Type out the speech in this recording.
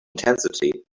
intensity